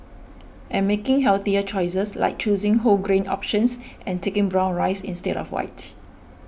and making healthier choices like choosing whole grain options and taking brown rice instead of white